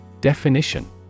Definition